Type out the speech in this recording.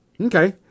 Okay